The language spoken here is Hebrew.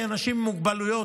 אנשים עם מוגבלויות,